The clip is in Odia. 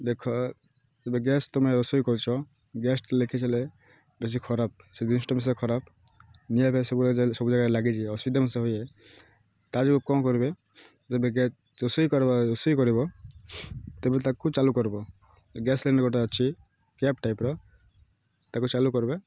ଦେଖ ଏବେ ଗ୍ୟାସ୍ ତମେ ରୋଷେଇ କରୁଛ ଗ୍ୟାସ୍ ଲିକେଜ୍ ହେଲେ ବେଶୀ ଖରାପ ସେ ଜିନିଷଟା ବେଶ ଖରାପ ନିଆଁ ଫିଆଁ ସବୁ ସବୁ ଜାଗାରେ ଲାଗିଛି ଅସୁବିଧା ମିସା ହୁଏ ତା ଯୋଗୁଁ କ'ଣ କରିବେ ତବେ ଗ୍ୟାସ୍ ରୋଷେଇ ରୋଷେଇ କରିବ ତେବେ ତାକୁ ଚାଲୁ କରିବ ଗ୍ୟାସ୍ ସିଲିଣ୍ଡର୍ ଗୋଟିଏ ଅଛି କ୍ୟାପ୍ ଟାଇପ୍ର ତାକୁ ଚାଲୁ କରିବେ